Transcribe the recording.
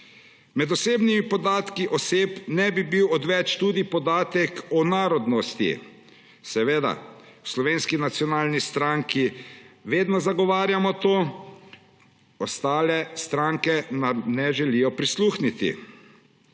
Med osebnimi podatki oseb ne bi bil odveč tudi podatek o narodnosti. V Slovenski nacionalni stranki vedno zagovarjamo to, a ostale stranke nam ne želijo prisluhniti.